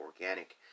organic